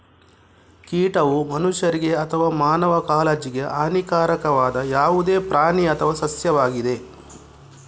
ಕೀಟವು ಮನುಷ್ಯರಿಗೆ ಅಥವಾ ಮಾನವ ಕಾಳಜಿಗೆ ಹಾನಿಕಾರಕವಾದ ಯಾವುದೇ ಪ್ರಾಣಿ ಅಥವಾ ಸಸ್ಯವಾಗಿದೆ